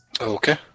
Okay